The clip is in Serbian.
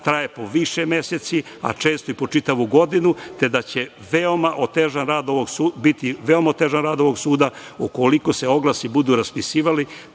traje po više meseci, a često i po čitavu godinu, te da će biti veoma otežan rad ovog suda ukoliko se oglasi budu raspisivali